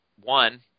one